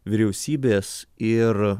vyriausybės ir